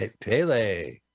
pele